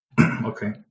Okay